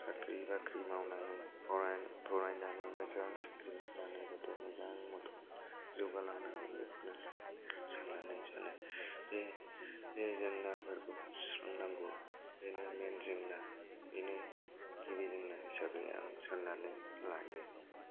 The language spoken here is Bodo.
साख्रि बाख्रि मावनानै फराय फरायनानै मोजां साख्रि मावनानै मोजां मथे जौगालांनो हायो बेखौनो साननो हायो बे बे जेंनाफोरखौ सुस्रांनांगौ बेनो मेन जेंना बेनो गिबि जोंना हिसाबै आं साननानै लायो